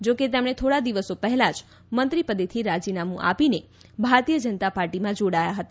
જો કે તેમણે થોડા દિવસો પહેલા જ મંત્રીપદેથી રાજીનામું આપીને ભારતીય જનતા પાર્ટીમાં જોડાયા હતા